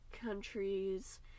countries